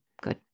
Good